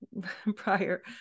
prior